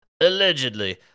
Allegedly